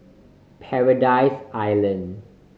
Paradise Island